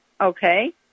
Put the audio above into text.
okay